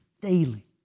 daily